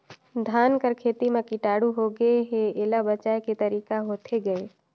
धान कर खेती म कीटाणु होगे हे एला बचाय के तरीका होथे गए?